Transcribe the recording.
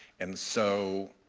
and so,